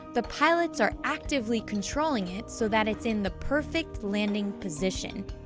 the pilots are actively controlling it, so that it's in the perfect landing position.